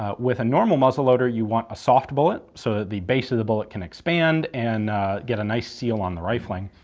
ah with a normal muzzle loader you want a soft bullet so that the base of the bullet can expand and get a nice seal on the rifling.